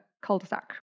cul-de-sac